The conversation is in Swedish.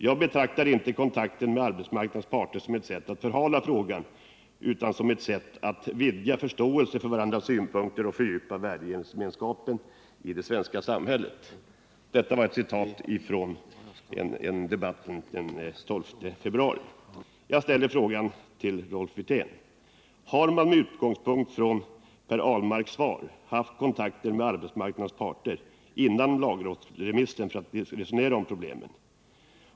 Jag betraktar inte kontakter med arbetsmarknadens parter som ett sätt att förhala frågan utan som ett sätt att vidga förståelsen för varandras synpunkter och fördjupa värdegemenskapen i det svenska samhället.” Jag ställer nu frågan till Rolf Wirtén med utgångspunkt från Per Ahlmarks svar: Har man haft kontakter med arbetsmarknadens parter före lagrådsremissen för att resonera om problemen?